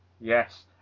Yes